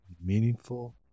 meaningful